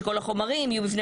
שכל החומרים יהיו בפני